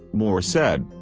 moore said.